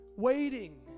Waiting